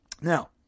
Now